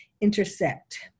intersect